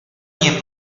nie